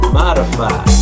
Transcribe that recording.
modify